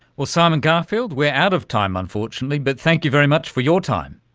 well, simon garfield, we are out of time unfortunately, but thank you very much for your time.